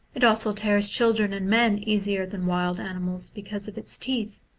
it also tears children and men easier than wild animals, because of its teeth,